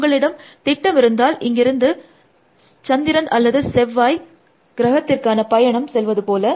உங்களிடம் திட்டமிருந்தால் இங்கிருந்து சந்திரன் அல்லது செவ்வாய் கிரகத்திற்காக பயணம் செல்வது போல